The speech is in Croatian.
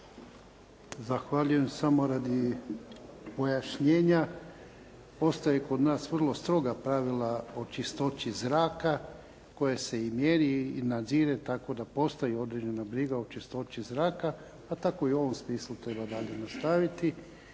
Zahvaljujem. Samo radi pojašnjenja, postoje kod nas vrlo stroga pravila o čistoći zraka koje se i mjeri i nadzire tako da postoji određena briga o čistoći zraka pa tako i u ovom smislu treba dalje nastaviti.